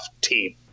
team